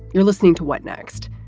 you're listening to what next?